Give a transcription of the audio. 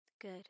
Good